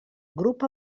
grup